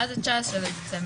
עד ה-19 בדצמבר.